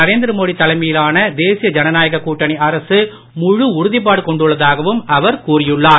நரேந்திரமோடிதலைமையிலானதேசியஜனநாயககூட்டணிஅரசு முழுஉறுதிப்பாடுகொண்டுள்ளதாகவும்அவர்கூறியுள்ளார்